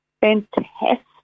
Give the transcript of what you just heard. fantastic